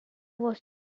was